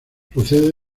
procede